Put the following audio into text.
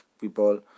people